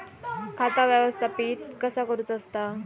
खाता व्यवस्थापित कसा करुचा असता?